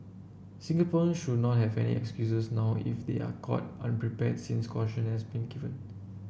Singaporean should not have any excuses now if they are caught unprepared since caution has been given